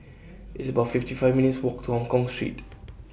It's about fifty five minutes' Walk to Hongkong Street